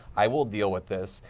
i will deal with this.